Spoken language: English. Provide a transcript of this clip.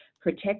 protect